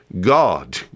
God